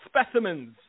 specimens